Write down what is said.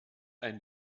ein